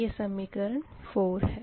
यह समीकरण 4 है